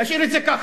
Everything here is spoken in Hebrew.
תשאיר את זה ככה,